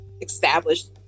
established